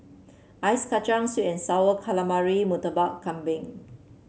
Ice Kachang sweet and sour calamari Murtabak Kambing